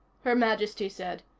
her majesty said.